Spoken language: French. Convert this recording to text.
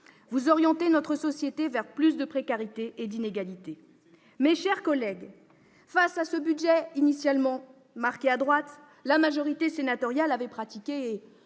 vous orientez notre société vers plus de précarité et d'inégalités. Mes chers collègues, face à ce budget initialement marqué à droite, la majorité sénatoriale a pratiqué